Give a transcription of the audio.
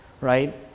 right